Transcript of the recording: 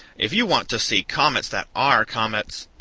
if you want to see comets that are comets,